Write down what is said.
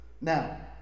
Now